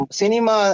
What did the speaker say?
cinema